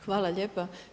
Hvala lijepo.